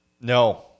No